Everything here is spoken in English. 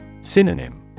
Synonym